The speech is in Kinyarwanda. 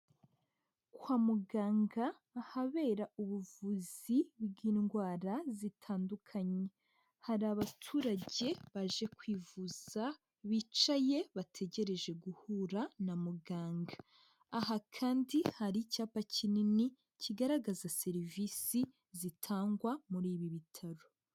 Kwa muganga ahabera ubuvuzi bw'indwara zitandukanye. Hari abaturage baje kwivuza bicaye bategereje guhura na muganga, aha kandi hari icyapa kinini kigaragaza serivisi zitangwa muri ibi bitaro.